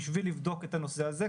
בשביל לבדוק את הנושא הזה,